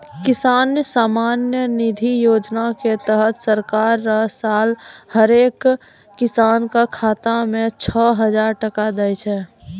किसान सम्मान निधि योजना के तहत सरकार हर साल हरेक किसान कॅ खाता मॅ छो हजार टका दै छै